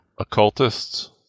occultists